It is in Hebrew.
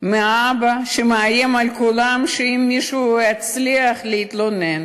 מהאבא שמאיים על כולם שאם מישהו יצליח להתלונן